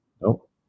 Nope